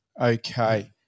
okay